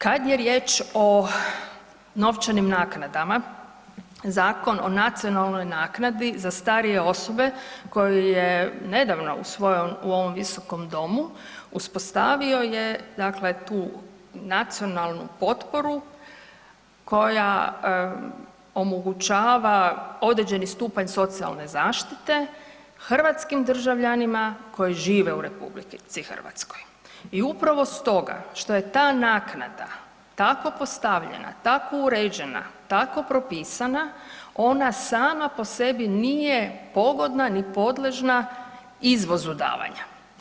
Kad je riječ o novčanim naknadama, Zakon o nacionalnoj naknadi za starije osobe koji je nedavno usvojen u ovom Visokom domu, uspostavio je dakle tu nacionalnu potporu koja omogućava određeni stupanj socijalne zaštite hrvatskim državljanima koji žive u RH i upravo stoga što je ta naknada tako postavljena, tako uređena, tako propisana, ona sama po sebi nije pogodna ni podležna izvozu davanja.